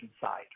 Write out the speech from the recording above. side